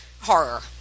horror